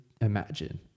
imagine